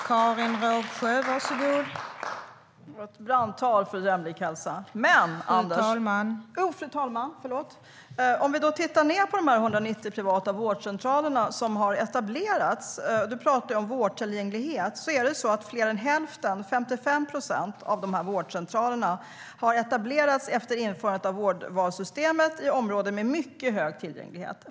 Fru talman! Det var ett brandtal för jämlik hälsa. Men om vi tittar närmare på de 190 privata vårdcentralerna som har etablerats - Anders W Jonsson talar ju om vårdtillgänglighet - ser vi att fler än hälften, 55 procent av vårdcentralerna, har etablerats efter införandet av vårdvalssystemet i områden med mycket hög tillgänglighet.